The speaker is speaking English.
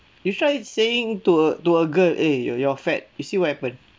you try saying to a to a girl eh you're you're fat you see what happen